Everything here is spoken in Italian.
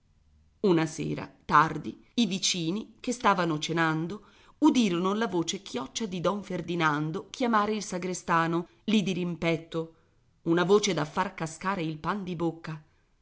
una sera tardi i vicini che stavano cenando udirono la voce chioccia di don ferdinando chiamare il sagrestano lì dirimpetto una voce da far cascare il pan di bocca